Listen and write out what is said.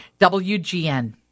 WGN